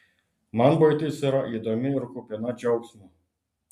man buitis yra įdomi ir kupina džiaugsmo